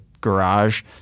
garage